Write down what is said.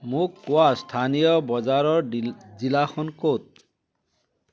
মোক কোৱা স্থানীয় বজাৰৰ জিলাখন ক'ত